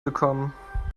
bekommen